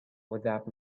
without